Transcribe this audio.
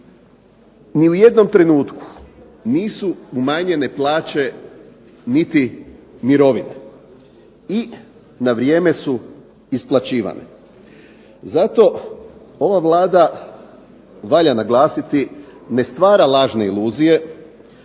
ni u jednom trenutku nisu umanjene plaće niti mirovine i na vrijeme su isplaćivane. Zato ova Vlada valja naglasiti ne stvara lažne iluzije,